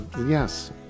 Yes